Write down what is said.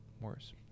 worse